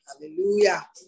Hallelujah